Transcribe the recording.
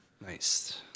Nice